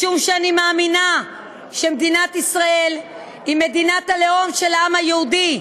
משום שאני מאמינה שמדינת ישראל היא מדינת הלאום של העם היהודי,